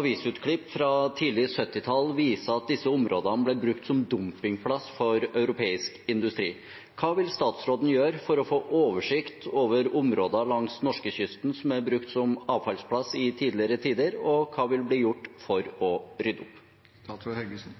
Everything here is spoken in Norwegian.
Avisutklipp fra tidlig 70-tall viser at disse områdene ble brukt som dumpingplass for europeisk industri. Hva vil statsråden gjøre for å få oversikt over områder langs norskekysten som er brukt som avfallsplass i tidligere tider, og hva vil bli gjort for å rydde